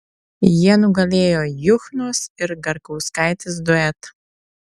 jie nugalėjo juchnos ir garkauskaitės duetą